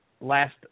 last